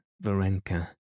Varenka